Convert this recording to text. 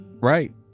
right